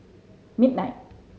midnight